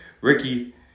Ricky